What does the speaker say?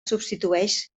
substitueix